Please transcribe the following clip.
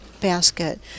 basket